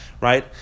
right